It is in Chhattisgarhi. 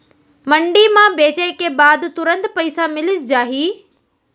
मंडी म बेचे के बाद तुरंत पइसा मिलिस जाही?